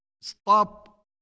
Stop